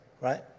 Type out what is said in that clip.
right